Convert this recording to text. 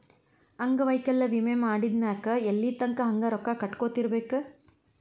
ಅಂಗವೈಕಲ್ಯ ವಿಮೆ ಮಾಡಿದ್ಮ್ಯಾಕ್ ಎಲ್ಲಿತಂಕಾ ಹಂಗ ರೊಕ್ಕಾ ಕಟ್ಕೊತಿರ್ಬೇಕ್?